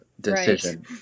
decision